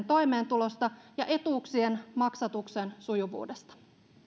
toimeentulosta ja etuuksien maksatuksen sujuvuudesta